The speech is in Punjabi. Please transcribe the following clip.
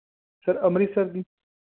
sir Amritsar the